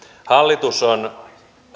hallitus on